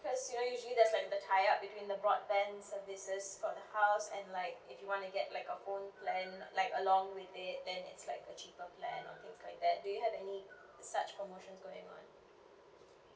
cause you know usually there's like a tied up between the broadband services for house and like if you want to get like a home plan like along with it then it's like a cheaper plan or things like that do you have any such promotions going on